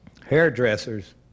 Hairdressers